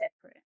separate